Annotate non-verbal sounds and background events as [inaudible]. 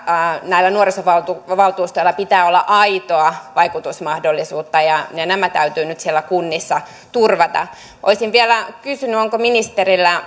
näillä nuorisovaltuustoilla pitää olla aitoa vaikutusmahdollisuutta nämä täytyy nyt siellä kunnissa turvata olisin vielä kysynyt onko ministerillä [unintelligible]